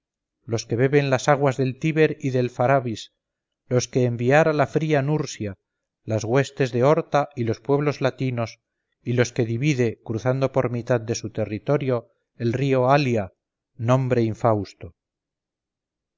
los que beben las aguas del tíber y del fabaris los que enviara la fría nursia las huestes de horta y los pueblos latinos y los que divide cruzando por mitad de su territorio el río alia nombre infausto